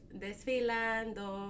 desfilando